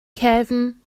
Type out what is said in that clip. cefn